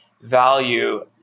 value